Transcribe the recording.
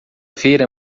feira